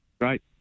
Great